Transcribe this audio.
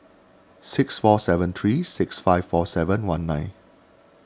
six four seven three six five four seven one nine